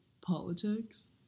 politics